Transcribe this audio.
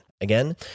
Again